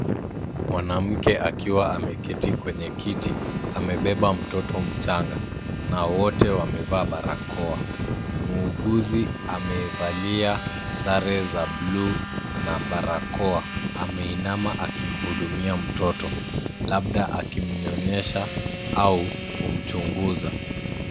Mwanamke akiwa ameketi kwenye kiti amebeba mtoto mchanga na wote wamevaa barakoa. Muuguzi amevalia sare za bluu na barakoa ameinama akimhudumia mtoto labda akimnyonyesha au kumchunguza.